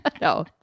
No